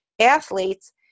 athletes